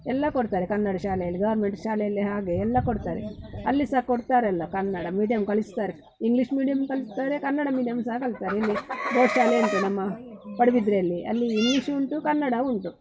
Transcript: ಎಲ್ಲ ಕೊಡ್ತಾರೆ ಕನ್ನಡ ಶಾಲೆಯಲ್ಲಿ ಗೌರ್ಮೆಂಟ್ ಶಾಲೆಯಲ್ಲಿ ಹಾಗೆ ಎಲ್ಲ ಕೊಡ್ತಾರೆ ಅಲ್ಲಿ ಸಹ ಕೊಡ್ತಾರಲ್ಲ ಕನ್ನಡ ಮೀಡಿಯಮ್ ಕಲಿಸ್ತಾರೆ ಇಂಗ್ಲೀಷ್ ಮೀಡಿಯಮ್ ಕಲಿಸ್ತಾರೆ ಕನ್ನಡ ಮೀಡಿಯಮ್ ಸಹ ಕಲಿತಾರೆ ಇಲ್ಲಿ ಪ್ಲೇ ಶಾಲೆ ಉಂಟು ನಮ್ಮ ಪಡುಬಿದ್ರಿಯಲ್ಲಿ ಅಲ್ಲಿ ಇಂಗ್ಲೀಷು ಉಂಟು ಕನ್ನಡವು ಉಂಟು